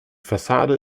fassade